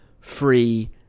free